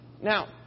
Now